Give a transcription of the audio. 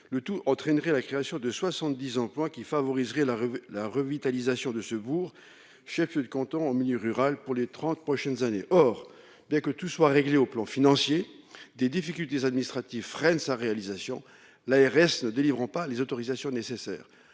le tout entraînerait la création de 70 emplois-qui favoriserait la la revitalisation de ce bourg chef-lieu de canton en milieu rural, pour les 30 prochaines années. Or bien que tout soit réglé au plan financier des difficultés administratives freinent sa réalisation. L'ARS ne délivrant pas les autorisations nécessaires